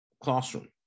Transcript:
classroom